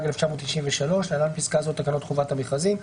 התשנ"ג-1993 (להלן בפסקה זו, תקנות חובת המכרזים)